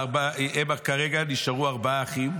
כרגע נשארו ארבעה אחים,